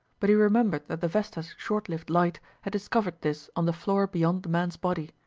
but he remembered that the vesta's short-lived light had discovered this on the floor beyond the man's body.